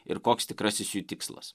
ir koks tikrasis jų tikslas